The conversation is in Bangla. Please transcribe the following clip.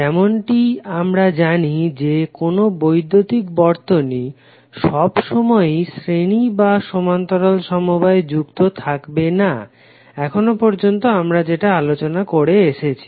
যেমনটি আমরা জানি যে কোনো বৈদ্যুতিক বর্তনী সবসময়েই শ্রেণী বা সমান্তরাল সমবায়ে যুক্ত থাকবে না এখন পর্যন্ত আমরা যেটা আলোচনা করে এসেছি